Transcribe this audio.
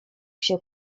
się